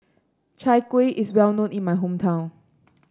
Chai Kueh is well known in my hometown